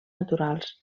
naturals